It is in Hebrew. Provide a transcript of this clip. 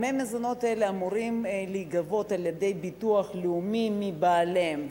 דמי המזונות האלה אמורים להיגבות על-ידי המוסד לביטוח לאומי מבעליהן,